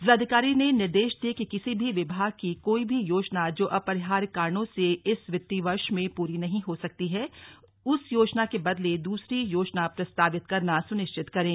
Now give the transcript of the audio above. जिलाधिकारी ने निर्देश दिए कि किसी भी विभाग की कोई भी योजना जो अपरिहार्य कारणों से इस वित्तीय वर्ष में पूरी नहीं हो सकती है उस योजना के बदले दूसरी योजना प्रस्तावित करना सुनिश्चित करें